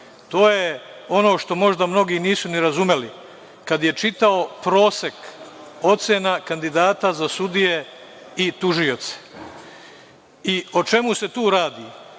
To je ono što možda mnogi nisu ni razumeli, kad je čitao prosek ocena kandidata za sudije i tužioce.O čemu se tu radi?